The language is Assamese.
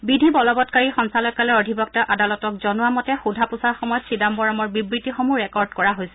বিধি বলবৎকাৰী সঞ্চালকালয়ৰ অধিবক্তাই আদালতক জনোবা মতে সোধা পোচাৰ সময়ত চিদাম্বৰমৰ বিবৃতিসমূহ ৰেকৰ্ড কৰা হৈছে